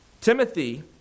Timothy